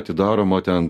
atidaroma ten